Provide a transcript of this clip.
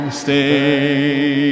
stay